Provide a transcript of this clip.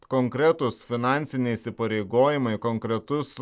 konkretūs finansiniai įsipareigojimai konkretus